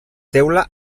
teula